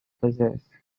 possess